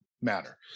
matter